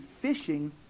fishing